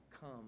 come